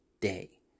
day